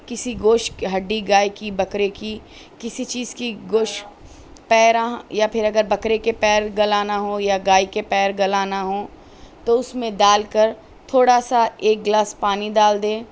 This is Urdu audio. کسی گوشت کہ ہڈّی گائے کی بکرے کی کسی چیز کی گوشت پیروں یا پھر اگر بکرے کے پیر گلانا ہوں یا گائے کے پیر گلانا ہوں تو اس میں ڈال کر تھوڑا سا ایک گلاس پانی دال دیں